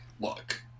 look